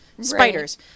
spiders